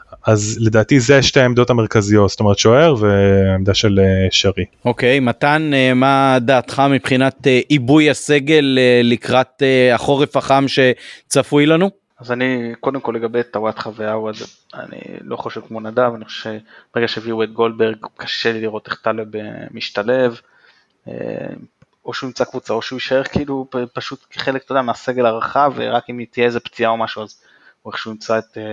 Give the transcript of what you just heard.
אז לדעתי זה שתי העמדות המרכזיות, זאת אומרת, שוער והעמדה של, אה, שרי. אוקיי, מתן, אה, מה דעתך מבחינת, אה, עיבוי הסגל, אה, לקראת, אה, החורף החם שצפוי לנו? אז אני, קודם כל, לגבי טוואטחה ועווד, אני לא חושב כמו נדב, אני חושב שברגע שהביאו את גולדברג, קשה לי לראות איך טלב, אה, משתלב, אה, או שהוא ימצא קבוצה, או שהוא יישאר כאילו פ- פשוט כחלק, אתה יודע, מהסגל הרחב, ורק אם תהיה איזה פציעה או משהו, אז הוא איכשהו ימצא את, אה,